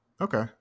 Okay